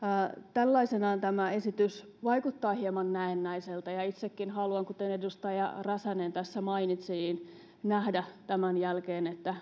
tällaisenaan tämä esitys vaikuttaa hieman näennäiseltä ja itsekin haluan kuten edustaja räsänen tässä mainitsi nähdä tämän jälkeen